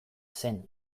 zen